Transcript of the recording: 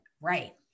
right